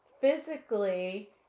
physically